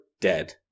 dead